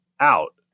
out